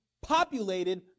populated